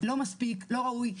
לא מספיק, לא ראוי.